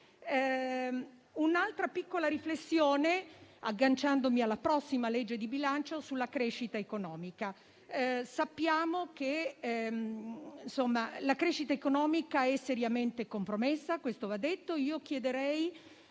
un'altra piccola riflessione, collegandomi al prossimo disegno di legge di bilancio, sulla crescita economica. Sappiamo che la crescita economica è seriamente compromessa e questo va detto.